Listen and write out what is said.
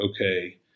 okay